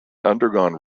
undergone